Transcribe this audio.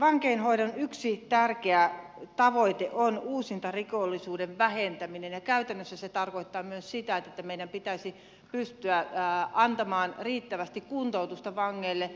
vankeinhoidon yksi tärkeä tavoite on uusintarikollisuuden vähentäminen ja käytännössä se tarkoittaa myös sitä että meidän pitäisi pystyä antamaan riittävästi kuntoutusta vangeille